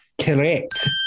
Correct